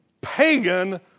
pagan